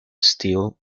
steel